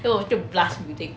then 我就 blast music